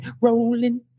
Rolling